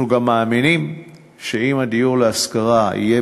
אנחנו גם מאמינים שאם הדיור להשכרה יהיה